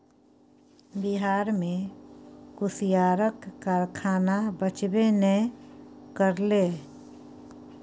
बिहार मे कुसियारक कारखाना बचबे नै करलै